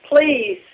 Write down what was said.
please